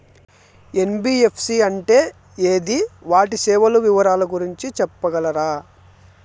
NBFC అంటే అది వాటి సేవలు వివరాలు గురించి సెప్పగలరా?